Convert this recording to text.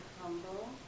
humble